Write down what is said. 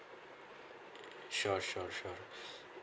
sure sure sure